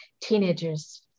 teenagers